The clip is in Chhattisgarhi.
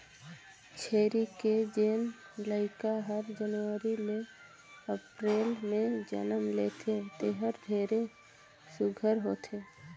छेरी के जेन लइका हर जनवरी ले अपरेल में जनम लेथे तेहर ढेरे सुग्घर होथे